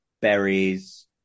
berries